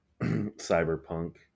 Cyberpunk